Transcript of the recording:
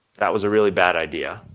that was a really bad idea.